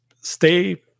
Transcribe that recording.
stay